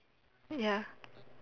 ya